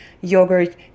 yogurt